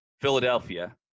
Philadelphia